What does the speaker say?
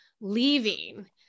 leaving